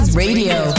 radio